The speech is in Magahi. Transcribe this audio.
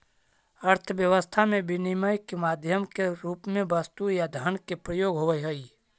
अर्थव्यवस्था में विनिमय के माध्यम के रूप में वस्तु या धन के प्रयोग होवऽ हई